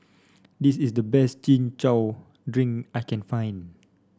this is the best Chin Chow Drink I can find